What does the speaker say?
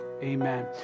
amen